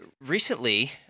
recently